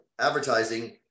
advertising